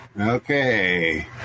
Okay